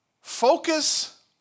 Focus